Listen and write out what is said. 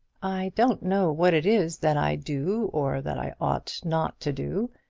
i don't know what it is that i do or that i ought not to do.